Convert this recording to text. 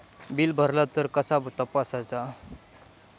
Bill भरला तर कसा तपसायचा?